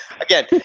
again